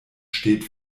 steht